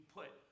put